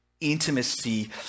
intimacy